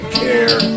care